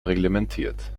reglementiert